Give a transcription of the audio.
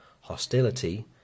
hostility